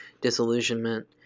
disillusionment